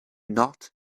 not